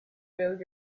build